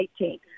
18